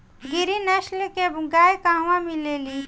गिरी नस्ल के गाय कहवा मिले लि?